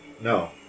No